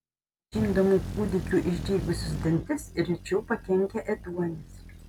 žindomų kūdikių išdygusius dantis rečiau pakenkia ėduonis